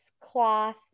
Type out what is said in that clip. cloth